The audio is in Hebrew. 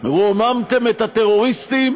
רוממתם את הטרוריסטים